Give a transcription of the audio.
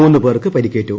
മൂന്നു പേർക്ക് പരിക്കേറ്റു